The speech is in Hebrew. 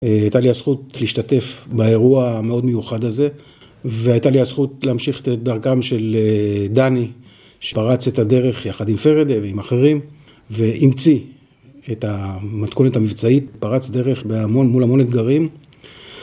הייתה לי הזכות להשתתף באירוע המאוד מיוחד הזה והייתה לי הזכות להמשיך את דרכם של דני שפרץ את הדרך יחד עם פרדה ועם אחרים והמציא את המתכונת המבצעית, פרץ דרך בהמון המון אתגרים